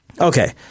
Okay